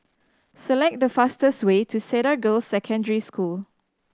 select the fastest way to Cedar Girls' Secondary School